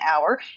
hour